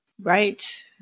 Right